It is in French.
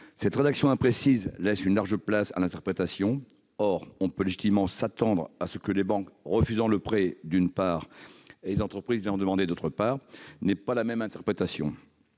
Cette rédaction imprécise laisse une large place à l'interprétation. Or on peut légitimement s'attendre à ce que les banques refusant le prêt, d'une part, et les entreprises l'ayant demandé, d'autre part, n'en aient pas la même interprétation.